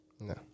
No